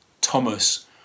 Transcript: Thomas